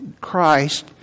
Christ